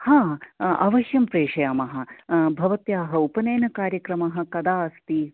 अवश्यं प्रेषयामः भवत्याः उपनयनकार्यक्रमः कदा अस्ति